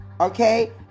Okay